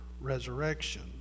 resurrection